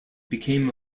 became